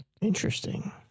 Interesting